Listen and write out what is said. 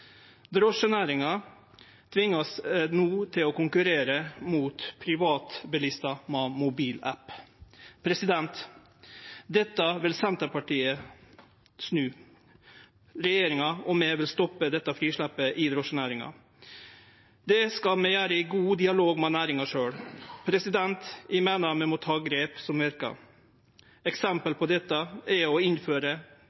no drosjenæringa til å konkurrere mot privatbilistar med mobilapp. Dette vil Senterpartiet snu. Regjeringa og vi vil stoppe dette frisleppet i drosjenæringa. Det skal vi gjere i god dialog med næringa sjølv. Eg meiner vi må ta grep som